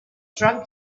drunk